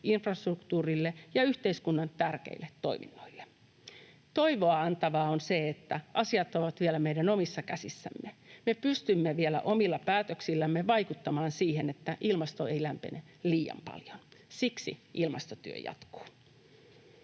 infrastruktuurille ja yhteiskunnan tärkeille toiminnoille. Toivoa antavaa on se, että asiat ovat vielä meidän omissa käsissämme. Me pystymme vielä omilla päätöksillämme vaikuttamaan siihen, että ilmasto ei lämpene liian paljon. Siksi ilmastotyö jatkuu.